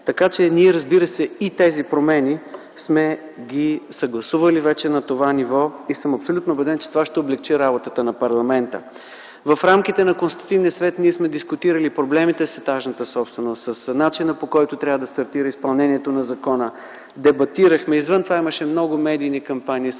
организации. Разбира се, и тези промени сме ги съгласували вече на това ниво и съм абсолютно убеден, че това ще облекчи работата на парламента. В рамките на консултативния съвет сме дискутирали проблемите с етажната собственост, с начина, по който трябва да стартира изпълнението на закона. Извън това имаше много медийни кампании.